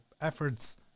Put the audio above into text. efforts